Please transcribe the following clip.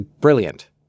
Brilliant